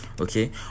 Okay